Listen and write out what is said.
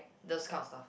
those kind of stuff